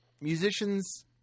musicians